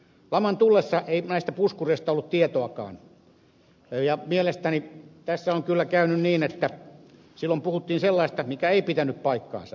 laman tullessa ei näistä puskureista ollut tietoakaan ja mielestäni tässä on kyllä käynyt niin että silloin puhuttiin sellaista mikä ei pitänyt paikkaansa